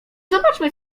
zobaczmy